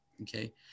Okay